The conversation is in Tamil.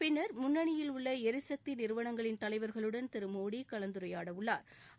பின்னர் முன்னணியில் உள்ள எரிசக்தி நிறுவனங்களின் தலைவர்களுடன் அவர் கலந்துரையாட உள்ளா்